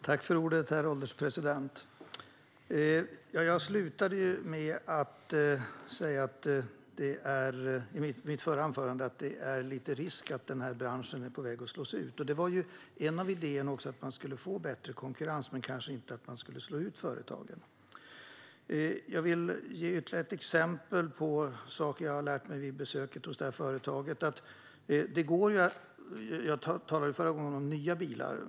Herr ålderspresident! Jag avslutade mitt förra anförande med att säga att det finns risk att denna bransch är på väg att slås ut. En idé var att man skulle få bättre konkurrens, men kanske inte att man skulle slå ut företagen. Jag vill ge ytterligare ett exempel på saker som jag har lärt mig vid besök hos detta företag. Jag talade förra gången om nya bilar.